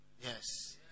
Yes